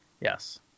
Yes